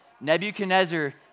Nebuchadnezzar